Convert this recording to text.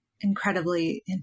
incredibly